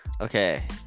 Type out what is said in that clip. okay